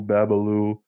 Babaloo